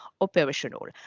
operational